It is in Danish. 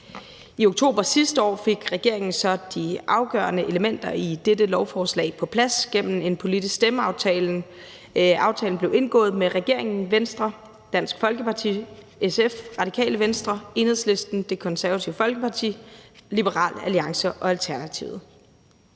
I oktober sidste år fik regeringen så de afgørende elementer i dette lovforslag på plads gennem en politisk stemmeaftale. Aftalen blev indgået mellem regeringen, Venstre, Dansk Folkeparti, SF, Radikale Venstre, Enhedslisten, Det Konservative Folkeparti, Liberal Alliance og Alternativet.